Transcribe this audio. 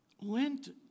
Lent